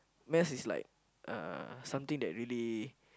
maths is like uh something that really